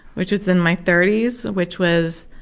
which was in my thirty s, which was